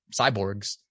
cyborgs